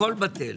הכול בטל.